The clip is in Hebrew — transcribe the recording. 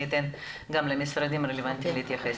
אתן גם למשרדים הרלוונטיים להתייחס.